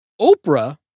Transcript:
Oprah